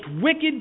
wicked